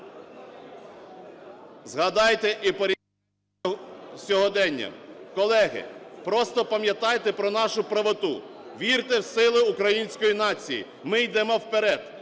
Згадайте і порівняйте із сьогоденням. Колеги, просто пам'ятайте про нашу правоту. Вірте в сили української нації, ми йдемо вперед,